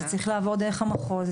זה גם צריך לעבור דרך המחוז,